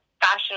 fashion